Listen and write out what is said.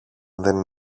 δεν